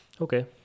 Okay